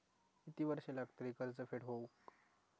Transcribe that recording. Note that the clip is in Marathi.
किती वर्षे लागतली कर्ज फेड होऊक?